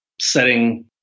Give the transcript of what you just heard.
setting